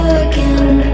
again